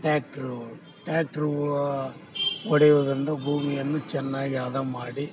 ಟ್ಯಾಟ್ರು ಟ್ಯಾಟ್ರೂ ಹೊಡೆಯುದ್ರಿಂದ ಭೂಮಿಯನ್ನು ಚೆನ್ನಾಗಿ ಹದ ಮಾಡಿ